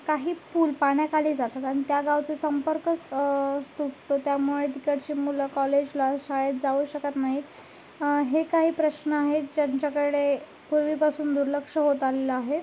काही पूल पाण्याखाली जातात आणि त्या गावचे संपर्कच तुटतो त्यामुळे तिकडची मुलं कॉलेजला शाळेत जाऊ शकत नाहीत हे काही प्रश्न आहेत ज्यांच्याकडे पूर्वीपासून दुर्लक्ष होत आलेलं आहे